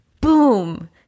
boom